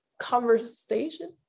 conversation